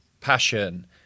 passion